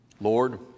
Lord